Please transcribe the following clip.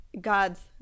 God's